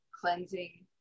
Cleansing